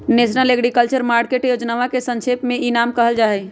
national agriculture market योजनवा के संक्षेप में ई नाम कहल जाहई